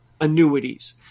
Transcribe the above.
annuities